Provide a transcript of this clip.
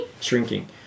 Shrinking